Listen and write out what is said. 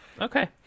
Okay